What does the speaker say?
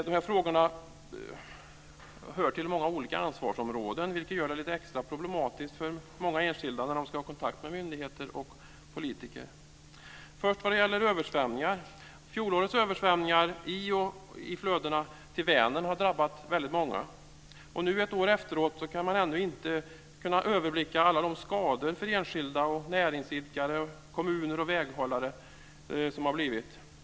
Dessa frågor hör till många olika ansvarsområden, vilket gör det lite extra problematiskt för många enskilda när de ska ha kontakt med myndigheter och politiker. Först gäller det översvämningar. Fjolårets översvämningar i och i flödena till Vänern har drabbat väldigt många. Nu, ett år efteråt, kan man ändå inte överblicka alla de skador för enskilda, näringsidkare, kommuner och väghållare som har uppstått.